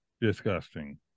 Disgusting